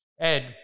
Ed